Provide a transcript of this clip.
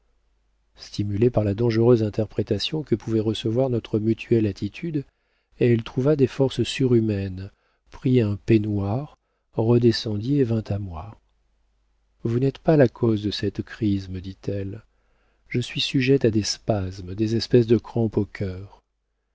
stimulée par la dangereuse interprétation que pouvait recevoir notre mutuelle attitude elle trouva des forces surhumaines prit un peignoir redescendit et vint à moi vous n'êtes pas la cause de cette crise me dit-elle je suis sujette à des spasmes des espèces de crampes au cœur